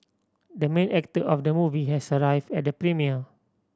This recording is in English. the main actor of the movie has arrived at the premiere